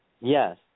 Yes